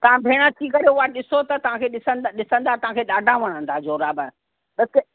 तव्हां भेण अची करे उहा ॾिसो त तव्हां खे ॾिसंदा ॾिसंदा तव्हां खे ॾाढा वणंदा जोराब त कि